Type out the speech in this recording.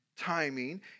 timing